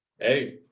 Hey